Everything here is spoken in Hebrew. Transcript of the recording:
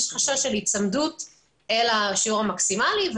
יש חשש של היצמדות לשיעור המקסימלי,